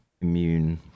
immune